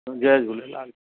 Jay Jhulelal